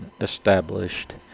established